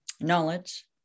Knowledge